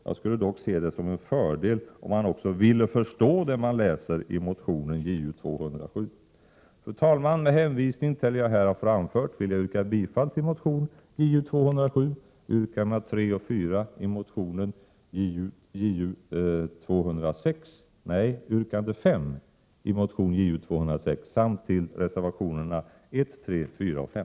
Jag skulle dock se det som en fördel om man också ville förstå det man läser i motion Ju207. Fru talman! Med hänvisning till det jag här har framfört vill jag yrka bifall till motion Ju207, till yrkande 5i motion Ju206 samt till reservationerna 1, 3,4 och 5.